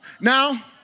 Now